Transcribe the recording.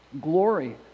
glory